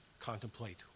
contemplate